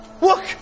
Look